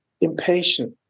impatient